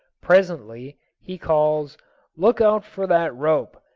presently he calls look out for that rope.